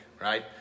right